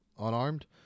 unarmed